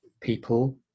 people